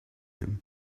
him